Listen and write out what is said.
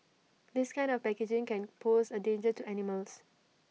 this kind of packaging can pose A danger to animals